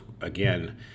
again